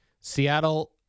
Seattle